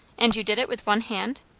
and you did it with one hand!